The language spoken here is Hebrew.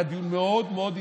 היה דיון מאוד מאוד אינטליגנטי,